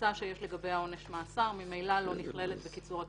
הקבוצה שיש לגביה עונש מאסר ממילא לא נכללת בקיצור התקופות.